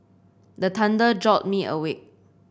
the thunder jolt me awake